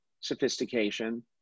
sophistication